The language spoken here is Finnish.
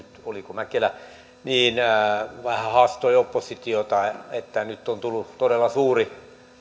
mäkelä vähän haastoi oppositiota että nyt on tullut todella suuri